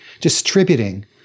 distributing